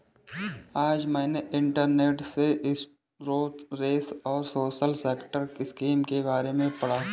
आज मैंने इंटरनेट से इंश्योरेंस और सोशल सेक्टर स्किम के बारे में पढ़ा